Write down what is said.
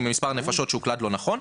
עם מספר הנפשות שהוקלד לא נכון,